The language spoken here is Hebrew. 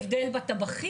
יש הבדל בטבחים?